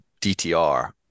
DTR